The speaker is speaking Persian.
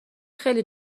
خیلی